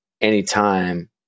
anytime